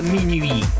Minuit